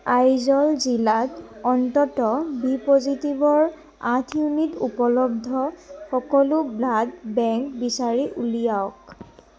আইজল জিলাত অন্ততঃ বি পজিটিভৰ আঠ ইউনিট উপলব্ধ সকলো ব্লাড বেংক বিচাৰি উলিয়াওক